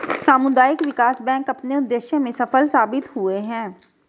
सामुदायिक विकास बैंक अपने उद्देश्य में सफल साबित हुए हैं